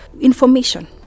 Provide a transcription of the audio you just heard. information